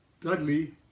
Dudley